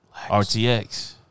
RTX